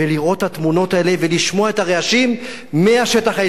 התמונות האלה ולשמוע את הרעשים מהשטח הישראלי,